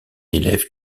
élève